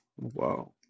Wow